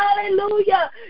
Hallelujah